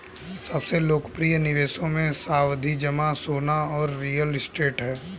सबसे लोकप्रिय निवेशों मे, सावधि जमा, सोना और रियल एस्टेट है